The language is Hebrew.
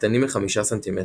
הקטנים מ-5 ס"מ,